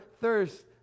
thirst